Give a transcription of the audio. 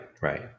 right